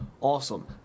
awesome